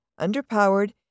underpowered